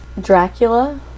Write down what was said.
Dracula